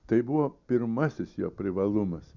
tai buvo pirmasis jo privalumas